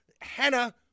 Hannah